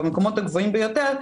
במקומות הגבוהים ביותר,